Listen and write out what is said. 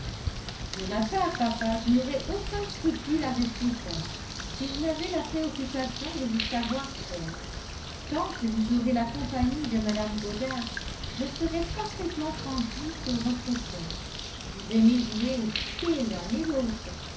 pour ma part papa je n'aurais aucun scrupule à rester tard si je n'avais la préoccupation de vous savoir seul tant que vous aurez la compagnie de mme goddard je serai parfaitement tranquille sur votre compte vous aimez jouer au piquet l'un et l'autre